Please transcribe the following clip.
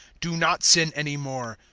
do not sin any more,